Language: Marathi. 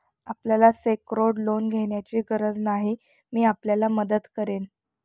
आपल्याला सेक्योर्ड लोन घेण्याची गरज नाही, मी आपल्याला मदत करेन